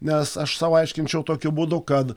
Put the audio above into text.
nes aš sau aiškinčiau tokiu būdu kad